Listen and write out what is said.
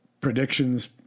predictions